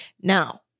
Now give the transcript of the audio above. Now